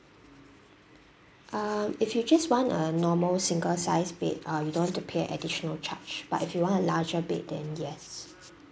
um if you just want a normal single sized bed uh you don't have to pay additional charge but if you want a larger bed then yes